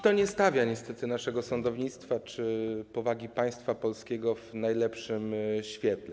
To nie stawia niestety naszego sądownictwa czy powagi państwa polskiego w najlepszym świetle.